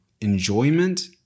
enjoyment